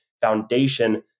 foundation